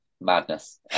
Madness